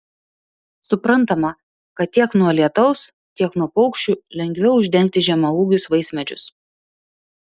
suprantama kad tiek nuo lietaus tiek nuo paukščių lengviau uždengti žemaūgius vaismedžius